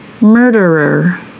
Murderer